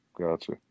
Gotcha